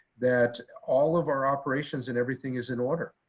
that all of our operations and everything is in order,